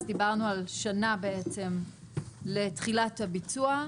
אז דיברנו על שנה בעצם לתחילת הביצוע,